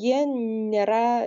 jie nėra